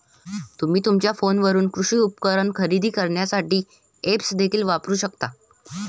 तुम्ही तुमच्या फोनवरून कृषी उपकरणे खरेदी करण्यासाठी ऐप्स देखील वापरू शकता